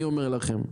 אני אומר לכם,